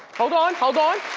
hold on, hold on.